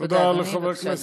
תודה לחבר הכנסת.